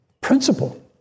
principle